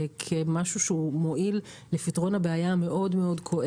כמשהו שהוא מועיל לפתרון הבעיה המאוד מאוד כואבת.